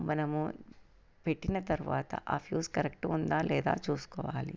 మనము పెట్టిన తరువాత ఆ ఫ్యూజ్ కరెక్ట్ ఉందా లేదా చూసుకోవాలి